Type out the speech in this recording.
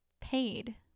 paid